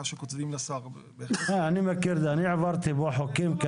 שקוצבים לשר --- אני עברתי פה חוקים.